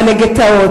לגטאות.